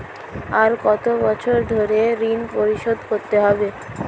আর কত বছর ধরে ঋণ পরিশোধ করতে হবে?